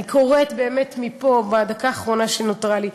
אני קוראת מפה, בדקה האחרונה שנותרה לי,